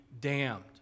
damned